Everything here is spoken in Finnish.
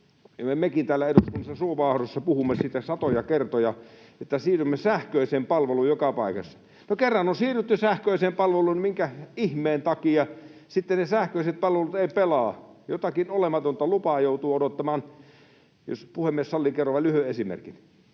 mekin täällä eduskunnassa suu vaahdossa puhumme satoja kertoja siitä, että siirrymme sähköiseen palveluun joka paikassa. No kun kerran on siirrytty sähköiseen palveluun, niin minkä ihmeen takia sitten ne sähköiset palvelut eivät pelaa ja vaikka jotakin olematonta lupaa joutuu odottamaan? Jos puhemies sallii, kerron vain lyhyen esimerkin: